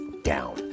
Down